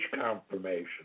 confirmation